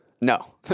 No